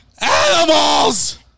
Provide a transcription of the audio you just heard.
Animals